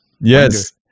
yes